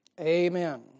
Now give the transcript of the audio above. Amen